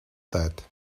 that